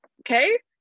Okay